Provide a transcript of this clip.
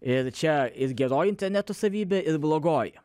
ir čia ir geroji interneto savybė ir blogoji